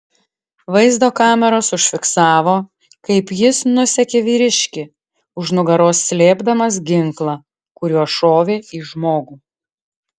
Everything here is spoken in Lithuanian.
vaizdo kameros užfiksavo kaip jis nusekė vyriškį už nugaros slėpdamas ginklą kuriuo šovė į žmogų